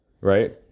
Right